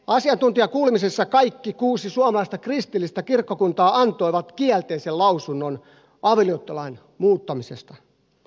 asiantuntijakuulemisessa kaikki kuusi suomalaista kristillistä kirkkokuntaa antoivat kielteisen lausunnon avioliittolain muuttamisesta